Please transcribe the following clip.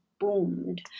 boomed